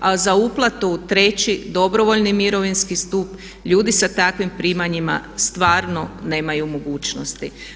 A za uplatu u treći dobrovoljni mirovinski stup ljudi sa takvim primanjima stvarno nemaju mogućnosti.